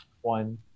one